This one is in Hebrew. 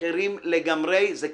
אחרים לגמרי אם